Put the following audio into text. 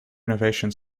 innovation